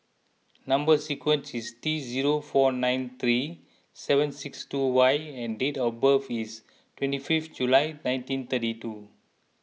Number Sequence is T zero four nine three seven six two Y and date of birth is twenty fifth July nineteen thirty two